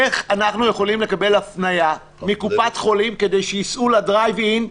אלא איך אנחנו יכולים לקבל הפניה מקופת חולים כדי שיסעו לדרייב-אין,